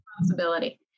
responsibility